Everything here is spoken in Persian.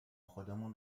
خودمون